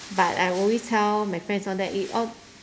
but I always tell my friends all that it all